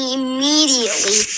immediately